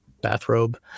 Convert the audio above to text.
bathrobe